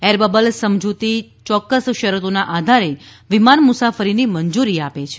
air bubble સમજૂતી ચોક્કસ શરતોના આધારે વિમાન મુસાફરીની મંજુરી આપે છે